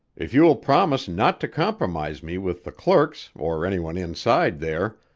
if you will promise not to compromise me with the clerks or any one inside there,